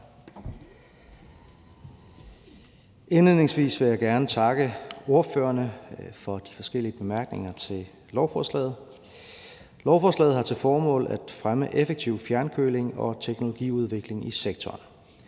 Indledningsvis vil jeg gerne takke ordførerne for de forskellige bemærkninger til lovforslaget. Lovforslaget har til formål at fremme effektiv fjernkøling og teknologiudvikling i sektoren.